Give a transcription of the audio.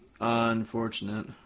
unfortunate